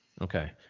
Okay